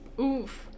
oof